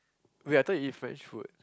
wait I thought you eat French food